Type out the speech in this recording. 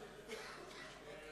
זאב בוים,